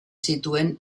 zituen